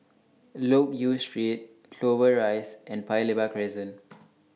Loke Yew Street Clover Rise and Paya Lebar Crescent